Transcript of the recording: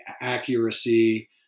accuracy